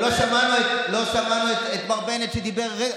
לא שמענו את מר בנט שדיבר,